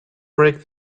break